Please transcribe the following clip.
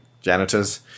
janitors